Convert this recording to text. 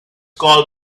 called